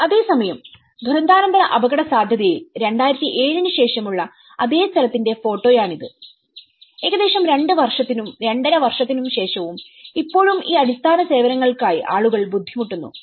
അതേസമയം ദുരന്താനന്തര അപകടസാധ്യതയിൽ 2007 ന് ശേഷമുള്ള അതേ സ്ഥലത്തിന്റെ ഫോട്ടോയാണിത് ഏകദേശം രണ്ട് വർഷത്തിനും രണ്ടര വർഷത്തിനും ശേഷവും ഇപ്പോഴും ഈ അടിസ്ഥാന സേവനങ്ങൾക്കായി ആളുകൾ ബുദ്ധിമുട്ടുന്നു